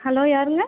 hello யாருங்க